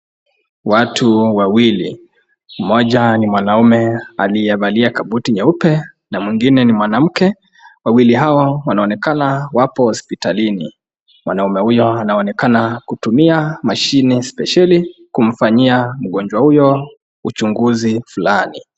Watu wawili, moja ni mwanaume aliyevalia kabuti nyeupe na mwingine ni mwanamke, wawili hawa wanaonekana wapo hospitalini mwanaume huyo anaonekana kutumia mashine spesieli kumfanyia mgonjwa huyo ujungizi fulani.